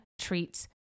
treats